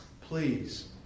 Please